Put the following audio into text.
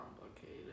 complicated